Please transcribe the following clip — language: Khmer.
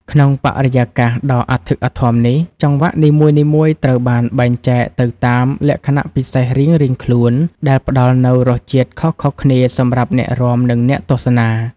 ក្នុងបរិយាកាសដ៏អធិកអធមនេះ ចង្វាក់នីមួយៗត្រូវបានបែងចែកទៅតាមលក្ខណៈពិសេសរៀងៗខ្លួន ដែលផ្តល់នូវរសជាតិខុសៗគ្នាសម្រាប់អ្នករាំ និងអ្នកទស្សនា។